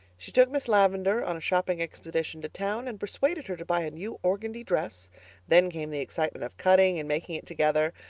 she took miss lavendar on a shopping expedition to town and persuaded her to buy a new organdy dress then came the excitement of cutting and making it together,